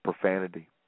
profanity